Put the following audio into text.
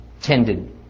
tended